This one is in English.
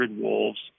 wolves